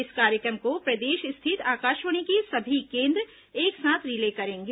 इस कार्य क्र म को प्रदेश स्थित आकाशवाणी के सभी केन्द्र एक साथ रिले करेंगे